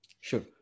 Sure